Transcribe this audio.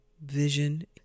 vision